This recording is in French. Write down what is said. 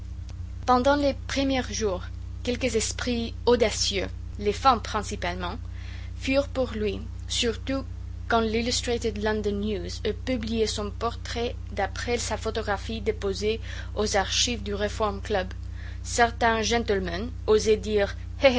pendant les premiers jours quelques esprits audacieux les femmes principalement furent pour lui surtout quand l'illustrated london news eut publié son portrait d'après sa photographie déposée aux archives du reform club certains gentlemen osaient dire